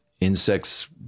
Insects